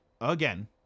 again